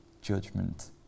judgment